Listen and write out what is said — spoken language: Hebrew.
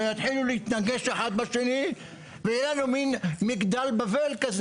יתחילו להתנגש אחד בשני ויהיה לנו מן מגדל בבל כזה.